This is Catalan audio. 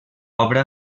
obra